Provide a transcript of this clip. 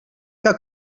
que